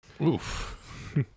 Oof